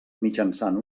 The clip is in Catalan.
mitjançant